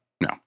No